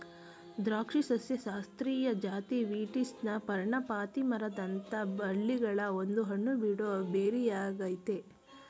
ದ್ರಾಕ್ಷಿ ಸಸ್ಯಶಾಸ್ತ್ರೀಯ ಜಾತಿ ವೀಟಿಸ್ನ ಪರ್ಣಪಾತಿ ಮರದಂಥ ಬಳ್ಳಿಗಳ ಒಂದು ಹಣ್ಣುಬಿಡೋ ಬೆರಿಯಾಗಯ್ತೆ